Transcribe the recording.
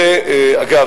ואגב,